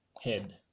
head